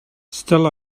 still